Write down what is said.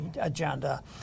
agenda